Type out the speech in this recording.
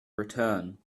return